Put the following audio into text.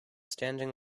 standing